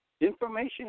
information